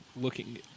looking